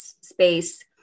space